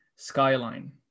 Skyline